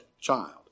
child